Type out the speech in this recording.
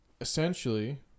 essentially